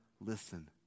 listen